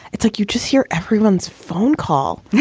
it's like you just hear everyone's phone call